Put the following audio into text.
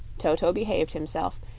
toto behaved himself,